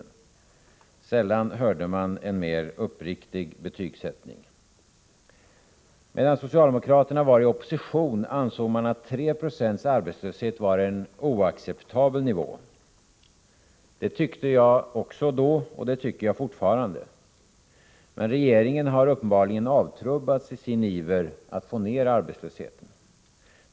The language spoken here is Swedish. Sällan hörde man en mer uppriktig betygsättning. Medan socialdemokraterna var i opposition ansåg man att en arbetslöshet på 3 90 var en oacceptabel nivå. Det tyckte också jag då, och det tycker jag fortfarande. Men regeringen har uppenbarligen avtrubbats i sin iver att få ner arbetslösheten.